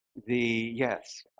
the yes,